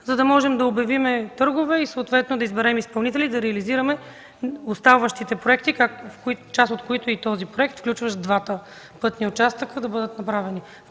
за да можем да обявим търгове и съответно да изберем изпълнители и да реализираме оставащите проекти, част от които е и този проект, включващ двата пътни участъка, да бъдат направени.